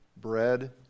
bread